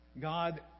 God